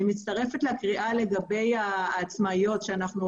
אני מצטרפת לקריאה לגבי העצמאיות שאנחנו